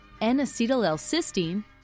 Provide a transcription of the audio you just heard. N-acetyl-L-cysteine